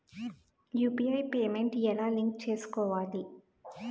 UPI payment ఎలా link చేసుకోవాలి?